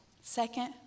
Second